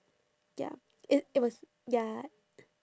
ya i~ it was ya